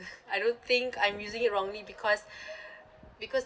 I don't think I'm using it wrongly because because